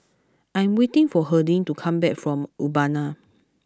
I am waiting for Harding to come back from Urbana